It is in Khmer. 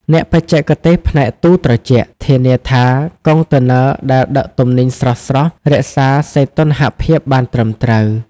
អ្នកបច្ចេកទេសផ្នែកទូរត្រជាក់ ធានាថាកុងតឺន័រដែលដឹកទំនិញស្រស់ៗរក្សាសីតុណ្ហភាពបានត្រឹមត្រូវ។